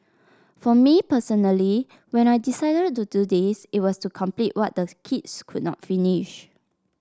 for me personally when I decided to do this it was to complete what the kids could not finish